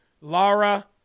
Laura